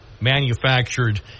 manufactured